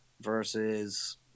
versus